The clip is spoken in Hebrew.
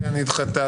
הרביזיה נדחתה.